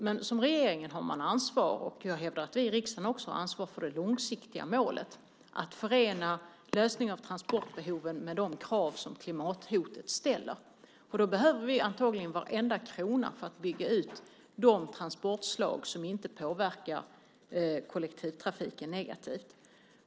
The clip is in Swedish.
Men regeringen har ansvaret för det långsiktiga målet - och jag hävdar att också riksdagen har det - att förena lösningen av transportbehovet med de krav som klimathotet ställer. Då behöver vi antagligen varenda krona för att bygga ut de transportslag som inte påverkar kollektivtrafiken negativt.